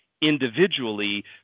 individually